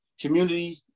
community